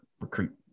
recruit